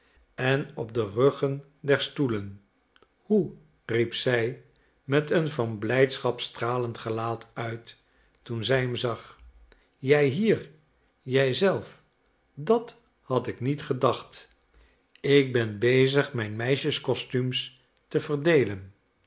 en op de ruggen der stoelen hoe riep zij met een van blijdschap stralend gelaat uit toen zij hem zag jij hier jij zelf dat had ik niet gedacht ik ben bezig mijn meisjescostumes te verdeelen